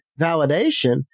validation